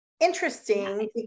Interesting